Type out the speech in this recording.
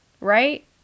right